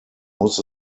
muss